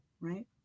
right